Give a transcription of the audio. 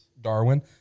Darwin